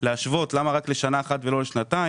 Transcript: להשוות, למה רק לשנה אחת ולא לשנתיים